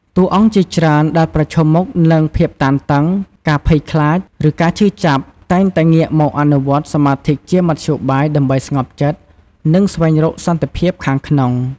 តួអង្គជាច្រើនដែលប្រឈមមុខនឹងភាពតានតឹង ការភ័យខ្លាច ឬការឈឺចាប់ តែងតែងាកមកអនុវត្តសមាធិជាមធ្យោបាយដើម្បីស្ងប់ចិត្ត និងស្វែងរកសន្តិភាពខាងក្នុង។